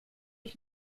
ich